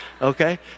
Okay